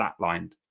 flatlined